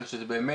אני חושב שבאמת